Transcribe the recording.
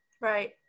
Right